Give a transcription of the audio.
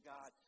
God